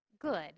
good